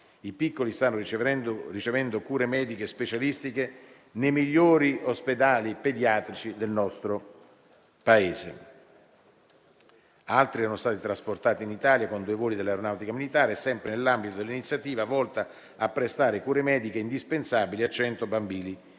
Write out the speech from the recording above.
i piccoli stanno ricevendo cure mediche specialistiche nei migliori ospedali pediatrici del nostro Paese. Altri erano stati trasportati in Italia con due voli dell'Aeronautica militare, sempre nell'ambito dell'iniziativa volta a prestare cure mediche indispensabili a 100 bambini